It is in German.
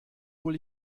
hol